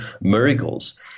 miracles